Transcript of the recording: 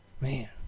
man